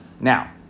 now